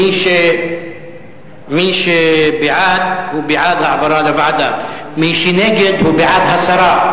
מי שבעד, הוא בעד העברה לוועדה.